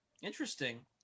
interesting